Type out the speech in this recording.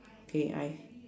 okay I